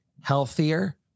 healthier